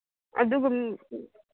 ꯑꯗꯨꯕꯨ